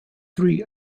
three